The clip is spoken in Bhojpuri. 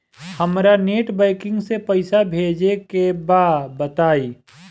हमरा नेट बैंकिंग से पईसा भेजे के बा बताई?